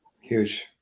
Huge